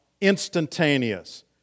instantaneous